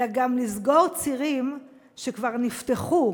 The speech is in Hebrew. אלא גם לסגור צירים שכבר נפתחו,